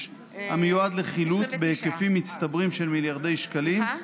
המיועד לחילוט בהיקפים מצטברים של מיליארדי שקלים,